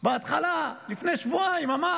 בהתחלה, לפני שבועיים, אמר: